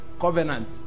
covenant